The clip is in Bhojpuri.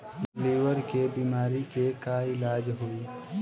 लीवर के बीमारी के का इलाज होई?